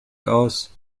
aus